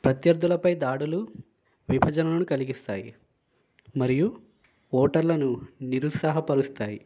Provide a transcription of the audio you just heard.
ప్రత్యర్థులపై దాడులు విభజనను కలిగిస్తాయి మరియు ఓటర్లను నిరుత్సాహపరుస్తాయి